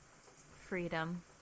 Freedom